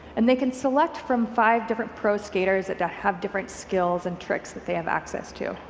and they can select from five different pro skate ers that that have different skills and tricks that they have access to.